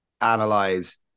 analyze